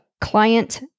client